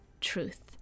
truth